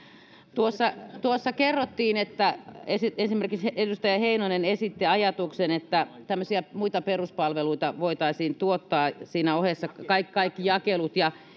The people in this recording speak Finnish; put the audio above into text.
tuossa tuossa kerrottiin esimerkiksi edustaja heinonen esitti sen ajatuksen että muita peruspalveluita voitaisiin tuottaa siinä ohessa kaikki kaikki jakelut